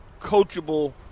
coachable